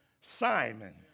Simon